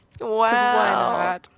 Wow